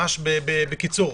ממש בקיצור.